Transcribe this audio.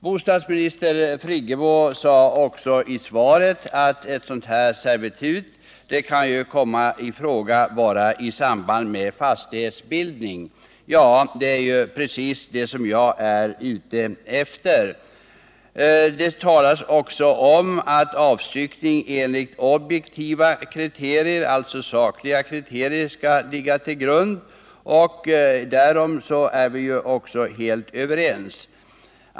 Bostadsminister Friggebo sade också i svaret att ett sådant servitut bara kan komma i fråga i samband med fastighetsbildning. Det är precis det som jag är ute efter. Det talas även om att objektiva kriterier, dvs. sakliga kriterier, skall ligga till grund för själva avstyckningen. Därom är vi också helt överens.